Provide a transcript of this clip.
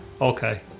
Okay